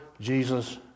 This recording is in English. Jesus